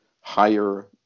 higher